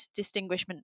distinguishment